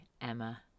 Emma